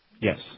Yes